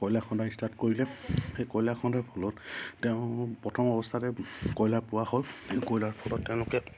কয়লা খন্দা ষ্টাৰ্ট কৰিলে সেই কয়লা খন্দাৰ ফলত তেওঁ প্ৰথম অৱস্থাতে কয়লা পোৱা হ'ল সেই কয়লা ফলত তেওঁলোকে